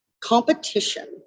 Competition